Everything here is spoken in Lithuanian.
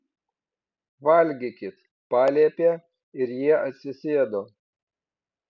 valgykit paliepė ir jie atsisėdo